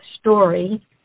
story